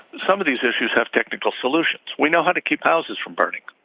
some of these issues have technical solutions. we know how to keep houses from burning.